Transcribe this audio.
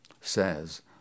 says